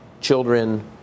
children